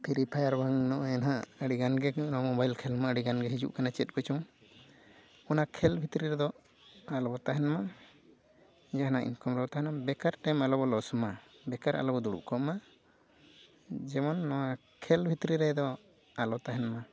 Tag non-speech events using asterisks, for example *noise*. ᱯᱷᱤᱨᱤ ᱯᱷᱟᱭᱟᱨ ᱵᱟᱝ ᱱᱚᱜᱼᱚᱸᱭ ᱦᱟᱸᱜ ᱟᱹᱰᱤᱜᱟᱱ ᱜᱮ ᱱᱚᱣᱟ ᱢᱳᱵᱟᱭᱤᱞ ᱠᱷᱟᱱ ᱢᱟ ᱟᱹᱰᱤᱜᱟᱱ ᱜᱮ ᱦᱤᱡᱩᱜ ᱠᱟᱱᱟ ᱪᱮᱫ ᱠᱚᱪᱚᱝ ᱚᱱᱟ ᱠᱷᱮᱞ ᱵᱷᱤᱛᱨᱤ ᱨᱮᱫᱚ ᱟᱞᱚᱵᱚᱱ ᱛᱟᱦᱮᱱ ᱢᱟ *unintelligible* ᱵᱮᱠᱟᱨ ᱴᱟᱭᱤᱢ ᱟᱞᱚᱵᱚᱱ ᱞᱚᱥ ᱢᱟ ᱵᱮᱠᱟᱨ ᱟᱞᱚᱵᱚᱱ ᱫᱩᱲᱩᱵ ᱠᱚᱜ ᱢᱟ ᱡᱮᱢᱚᱱ ᱱᱚᱣᱟ ᱠᱷᱮᱞ ᱵᱷᱤᱛᱨᱤ ᱨᱮᱫᱚ ᱟᱞᱚ ᱛᱟᱦᱮᱱ ᱢᱟ